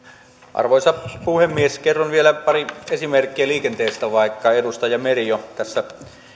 arvoisa puhemies kerron vielä pari esimerkkiä liikenteestä vaikka edustaja meri jo tässä